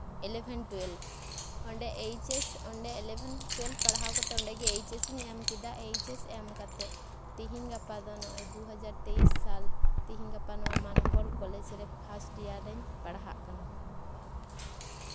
ᱤᱞᱮᱵᱷᱮᱱ twelve ᱚᱸᱰᱮ H S ᱚᱸᱰᱮ eleven twelve ᱯᱟᱲᱦᱟᱣ ᱠᱟᱛᱮ ᱚᱸᱰᱮ ᱜᱮ ᱮᱭᱤᱪ ᱮᱥ ᱤᱧ ᱮᱢ ᱠᱮᱫᱟ ᱮᱭᱤᱪ ᱮᱥ ᱮᱢ ᱠᱟᱛᱮᱫ ᱛᱮᱦᱮᱧᱼᱜᱟᱯᱟ ᱫᱚ ᱱᱚᱜᱼᱚᱭ ᱫᱩᱦᱟᱡᱟᱨ ᱛᱮᱭᱤᱥ ᱥᱟᱞ ᱛᱮᱦᱮᱧᱼᱜᱟᱯᱟ ᱱᱚᱣᱟ ᱢᱟᱱᱠᱚᱨ ᱠᱚᱞᱮᱡᱽ ᱨᱮ ᱯᱷᱟᱨᱥᱴ ᱤᱭᱟᱨ ᱨᱤᱧ ᱯᱟᱲᱦᱟᱜ ᱠᱟᱱᱟ